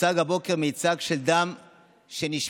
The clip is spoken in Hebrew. הוצג הבוקר מיצג של דם שנשפך,